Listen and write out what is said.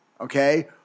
okay